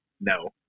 no